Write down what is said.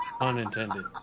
Unintended